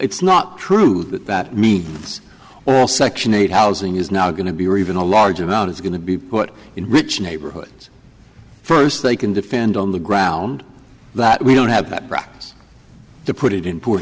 it's not true that that means all section eight housing is now going to be or even a large amount is going to be put in rich neighborhoods first they can defend on the ground that we don't have that rocks to put it in poor